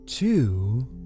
two